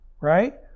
right